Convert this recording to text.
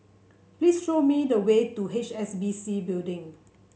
please show me the way to H S B C Building